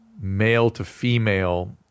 male-to-female